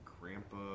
grandpa